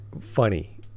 funny